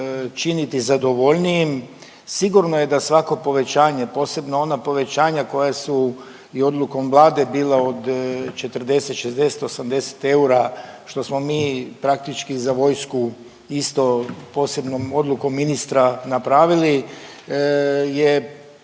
činiti zadovoljnijim. Sigurno je da svako povećanje posebno ona povećanja koja su i odlukom Vlade bila od 40, 60, 80 eura što smo mi praktički za vojsku isto posebnom odlukom ministra napravili je